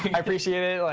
i appreciate it.